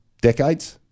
decades